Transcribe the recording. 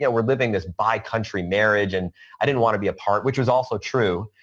yeah we're living this by country marriage and i didn't want to be a part, which was also true.